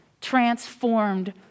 transformed